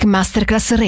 Masterclass